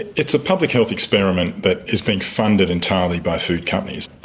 it's a public health experiment that is being funded entirely by food companies.